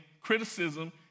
criticism